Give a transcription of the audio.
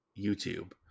YouTube